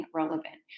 relevant